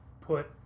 put